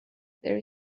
there